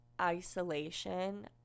isolation